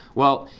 well,